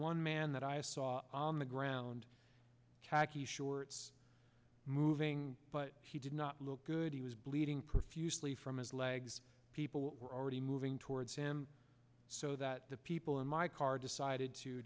one man that i saw on the ground khaki shorts moving but he did not look good he was bleeding profusely from his legs people were already moving towards him so that the people in my car decided to